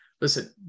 listen